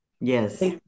Yes